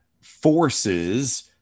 forces